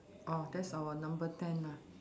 oh that's our number ten lah